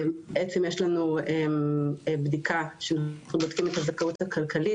בעצם יש לנו בדיקה שאנחנו בודקים את הזכאות הכלכלית